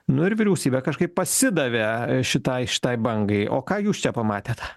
nu ir vyriausybė kažkaip pasidavė šitai šitai bangai o ką jūs čia pamatėt